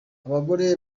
abagore